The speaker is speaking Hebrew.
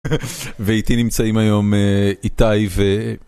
ואיתי נמצאים היום איתי ו...